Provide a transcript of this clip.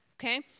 Okay